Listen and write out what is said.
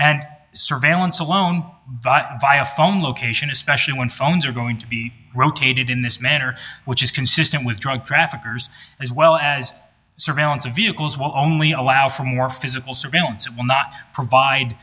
and surveillance alone via phone location especially when phones are going to be rotated in this manner which is consistent with drug traffickers as well as surveillance of vehicles will only allow for more physical surveillance will not provide